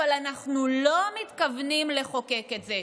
אבל אנחנו לא מתכוונים לחוקק את זה.